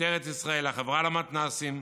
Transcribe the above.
משטרת ישראל, החברה למתנ"סים,